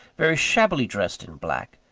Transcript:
very shabbily dressed in black,